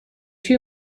two